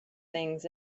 things